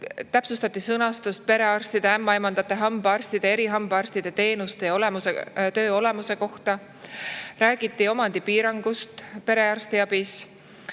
Täpsustati sõnastust perearstide, ämmaemandate, hambaarstide ja erihambaarstide teenuste ja töö olemuse kohta. Räägiti omandipiirangust perearstiabis.